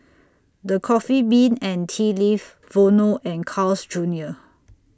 The Coffee Bean and Tea Leaf Vono and Carl's Junior